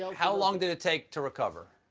so how long did it take to recover?